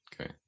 Okay